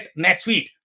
NetSuite